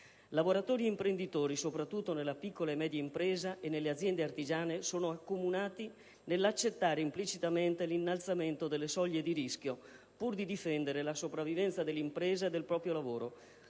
Lavoratori ed imprenditori, soprattutto nella piccola e media impresa e nelle aziende artigiane, sono accomunati nell'accettare implicitamente l'innalzamento delle soglie di rischio pur di difendere la sopravvivenza dell'impresa e del proprio lavoro,